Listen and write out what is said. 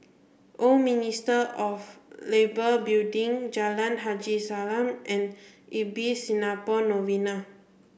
Old Ministry of Labour Building Jalan Haji Salam and Ibis Singapore Novena